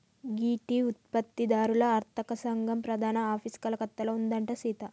గీ టీ ఉత్పత్తి దారుల అర్తక సంగం ప్రధాన ఆఫీసు కలకత్తాలో ఉందంట సీత